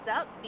up